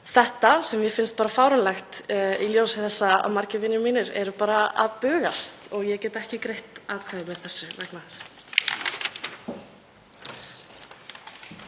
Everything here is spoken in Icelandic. þetta sem mér finnst bara fáránlegt í ljósi þess að margir vinir mínir eru bara að bugast. Ég get ekki greitt atkvæði með þessu